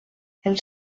els